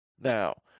Now